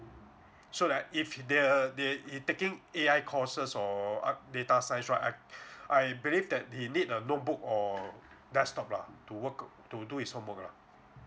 so that if they're they he taking A_I courses or uh data science right I I believe that he need a notebook or desktop lah to work to do his homework lah